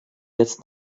jetzt